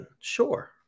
Sure